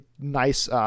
nice